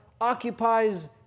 occupies